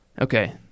Okay